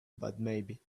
butmaybe